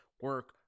Work